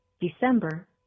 December